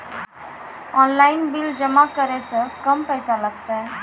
Online bill जमा करै से कम पैसा लागतै?